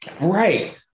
right